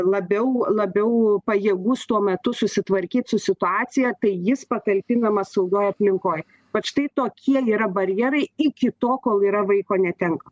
labiau labiau pajėgus tuo metu susitvarkyt su situacija tai jis patalpinamas saugioj aplinkoj vat štai tokie yra barjerai iki to kol yra vaiko netenka